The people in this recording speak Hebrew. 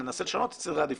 ננסה לשנות את סדרי העדיפויות.